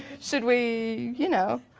should we, you know?